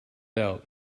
out